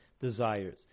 desires